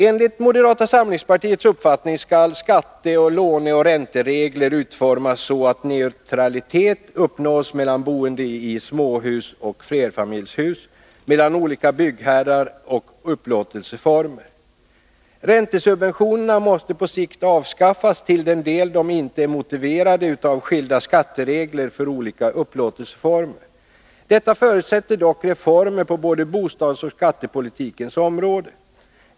Enligt moderata samlingspartiets uppfattning skall skatte-, låneoch räntereglerna utformas så att neutralitet uppnås mellan boende i småhus och flerfamiljshus, mellan olika byggherrar och upplåtelseformer. Räntesubventionerna måste på sikt avskaffas till den del de inte är motiverade av skilda skatteregler för olika upplåtelseformer. Detta förutsätter dock reformer på både bostadsoch skattepolitikens område.